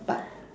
but